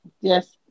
Yes